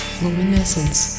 luminescence